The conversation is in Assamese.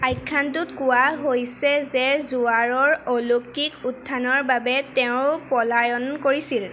আখ্যানটোত কোৱা হৈছে যে জোৱাৰৰ অলৌকিক উত্থানৰ বাবে তেওঁ পলায়ন কৰিছিল